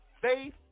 faith